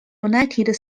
united